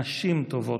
נשים טובות,